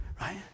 right